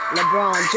LeBron